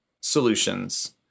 solutions